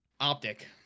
Optic